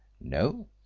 No